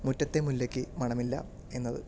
മുറ്റത്തെ മുല്ലയ്ക്ക് മണമില്ല എന്നത്